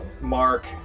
Mark